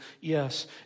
yes